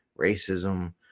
racism